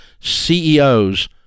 CEOs